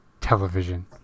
television